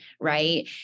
Right